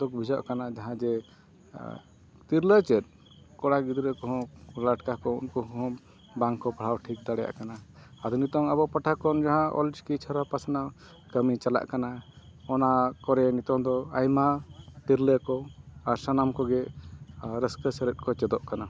ᱫᱩᱠ ᱵᱩᱡᱷᱟᱹᱜ ᱠᱟᱱᱟ ᱡᱟᱦᱟᱸ ᱡᱮ ᱛᱤᱨᱞᱟᱹ ᱪᱮᱫ ᱠᱚᱲᱟ ᱜᱤᱫᱟᱹᱨ ᱠᱚ ᱦᱚᱸ ᱩᱱᱠᱩ ᱞᱟᱴᱠᱟ ᱠᱚ ᱩᱱᱠᱩ ᱦᱚᱸ ᱵᱟᱝ ᱠᱚ ᱯᱟᱲᱦᱟᱣ ᱴᱷᱤᱠ ᱫᱟᱲᱮᱭᱟᱜ ᱠᱟᱱᱟ ᱟᱫᱚ ᱱᱤᱛᱚᱜ ᱟᱵᱚ ᱯᱟᱦᱴᱟ ᱠᱷᱚᱱ ᱡᱟᱦᱟᱸ ᱚᱞ ᱪᱤᱠᱤ ᱪᱷᱟᱨᱟ ᱯᱟᱥᱱᱟᱣ ᱠᱟᱹᱢᱤ ᱪᱟᱞᱟᱜ ᱠᱟᱱᱟ ᱚᱱᱟ ᱠᱚᱨᱮᱜ ᱱᱤᱛᱚᱜ ᱫᱚ ᱟᱭᱢᱟ ᱛᱤᱨᱞᱟᱹ ᱠᱚ ᱟᱨ ᱥᱟᱱᱟᱢ ᱠᱚᱜᱮ ᱨᱟᱹᱥᱠᱟᱹ ᱥᱟᱞᱟᱜ ᱠᱚ ᱪᱮᱫᱚᱜ ᱠᱟᱱᱟ